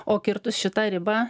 o kirtus šitą ribą